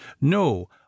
No